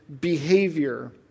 behavior